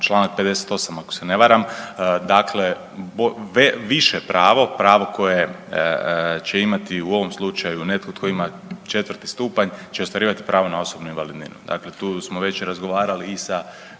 Članak 58. ako se ne varam, dakle više pravo, pravo koje će imati u ovom slučaju netko tko ima 4 stupanj će ostvarivati pravo na osobnu invalidninu. Dakle, tu smo već razgovarali i sa